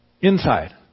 inside